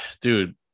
dude